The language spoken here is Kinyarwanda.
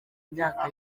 myaka